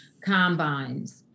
combines